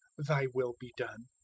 thy will be done.